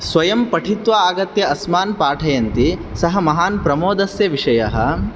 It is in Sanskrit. स्वयं पठित्वा आगत्य अस्मान् पाठयन्ति सः महान् प्रमोदस्य विषयः